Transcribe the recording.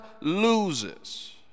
loses